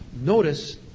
notice